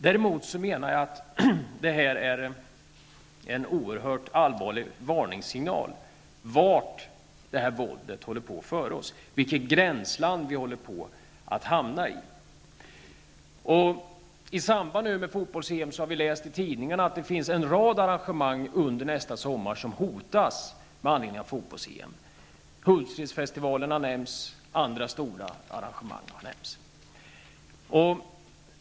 Däremot menar jag att detta är en oerhört allvarlig varningssignal om vart detta våld håller på att föra oss, vilket gränsland vi håller på att hamna i. Vi har läst i tidningarna att en rad arrangemang nästa sommar hotas med anledning av fotbolls-EM. Hultsfredsfestivalen och andra stora arrangemang har nämnts.